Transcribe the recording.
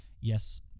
Yes